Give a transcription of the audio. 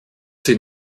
sie